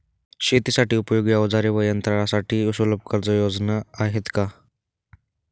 शेतीसाठी उपयोगी औजारे व यंत्रासाठी सुलभ कर्जयोजना आहेत का?